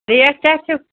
rate کیٛاہ چھِ